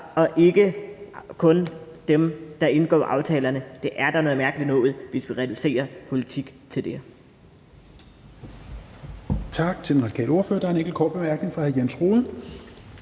og ikke kun dem, der indgår aftalerne. Det er da noget mærkeligt noget, hvis vi reducerer politik til det.